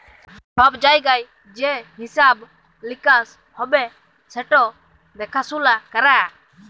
ছব জায়গায় যে হিঁসাব লিকাস হ্যবে সেট দ্যাখাসুলা ক্যরা